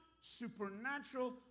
supernatural